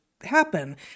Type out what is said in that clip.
happen